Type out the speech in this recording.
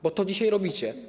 Bo to dzisiaj robicie.